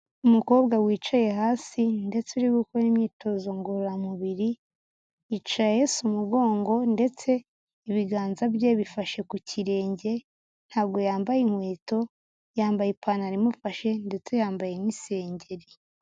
Umukobwa wicaye hasi ndetse uri gukora imyitozo ngororamubiri, yicaye ahese umugongo ndetse ibiganza bye bifashe ku kirenge, ntabwo yambaye inkweto, yambaye ipantaro imufashe ndetse yambaye n'isengeri.